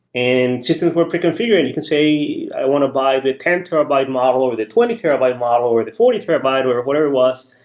and systems were preconfiguring. you can say, i want to buy the ten terabyte model, or the twenty terabyte model, or the forty terabyte, or whatever it was,